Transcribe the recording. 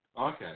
Okay